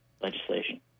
legislation